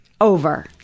Over